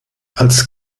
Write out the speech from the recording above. als